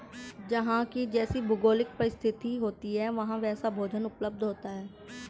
जहां की जैसी भौगोलिक परिस्थिति होती है वहां वैसा भोजन उपलब्ध होता है